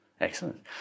Excellent